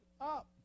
up